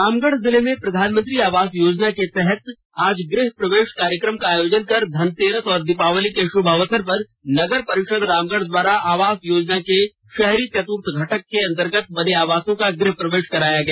रामगढ़ जिले में प्रधानमंत्री आवास योजना के तहत आज गृह प्रवेश कार्यक्रम का आयोजन कर धनतेरस और दीपावली के शुभ अवसर पर नगर परिषद रामगढ़ द्वारा आवास योजना के शहरी चतुर्थ घटक के अंतर्गत बने आवासों का गृह प्रवेश किया गया